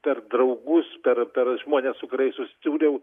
per draugus per per žmones su kuriais susidūriau